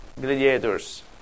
gladiators